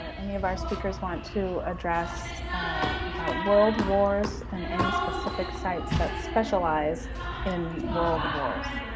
any of our speakers want to address about world wars and any specific sites that specialize in world wars.